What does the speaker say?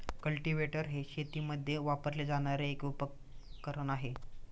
cultivator हे शेतीमध्ये वापरले जाणारे एक उपकरण आहे